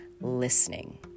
listening